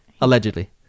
Allegedly